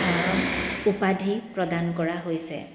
উপাধি প্ৰদান কৰা হৈছে